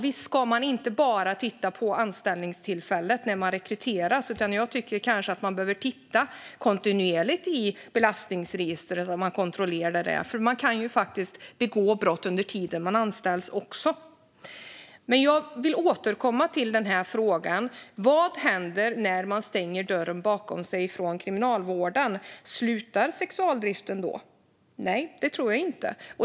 Visst ska man inte bara titta på anställningstillfället när någon rekryteras. Jag tycker att man kanske också kontinuerligt ska kontrollera belastningsregistret. Folk kan ju begå brott under tiden då man är anställd. Jag vill återkomma till frågan om vad som händer när någon stänger kriminalvårdens dörr bakom sig. Slutar sexualdriften då? Nej, det tror jag inte.